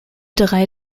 drei